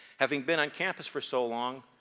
having been on campus for so long,